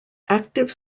active